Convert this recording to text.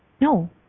no